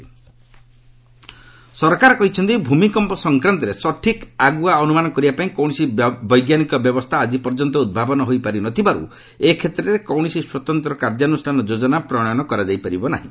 earthquakes ସରକାର କହିଛନ୍ତି ଭୂମିକମ୍ପ ସଂକ୍ରାନ୍ତରେ ସଠିକ୍ ଆଗୁଆ ଅନୁମାନ କରିବାପାଇଁ କୌଣସି ବୈଜ୍ଞାନିକ ବ୍ୟବସ୍ଥା ଆଜି ପର୍ଯ୍ୟନ୍ତ ଉଦ୍ଭାବନ ହୋଇପାରି ନ ଥିବାରୁ ଏ କ୍ଷେତ୍ରରେ କୌଣସି ସ୍ୱତନ୍ତ୍ର କାର୍ଯ୍ୟାନୁଷ୍ଠାନ ଯୋଜନା ପ୍ରଣୟନ କରାଯାଇପାରିବ ନାହିଁ